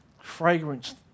fragrance